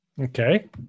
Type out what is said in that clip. Okay